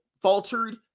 faltered